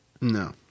no